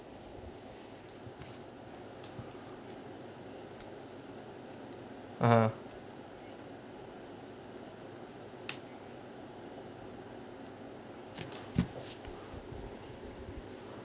ah